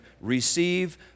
receive